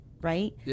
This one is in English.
right